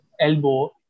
elbow